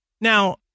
Now